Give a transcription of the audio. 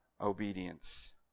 obedience